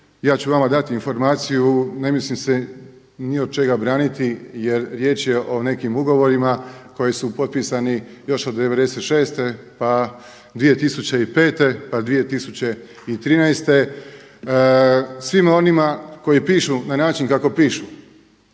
ja ću vama dati informaciju. Ne mislim se ni od čega braniti, jer riječ je o nekim ugovorima koji su potpisani još od '96. pa 2005., pa 2013. Svima onima koji pišu na način kako pišu